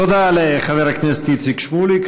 תודה לחבר הכנסת איציק שמולי,